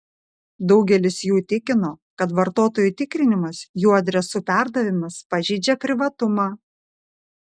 daugelis jų tikino kad vartotojų tikrinimas jų adresų perdavimas pažeidžia privatumą